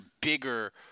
bigger